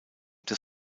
des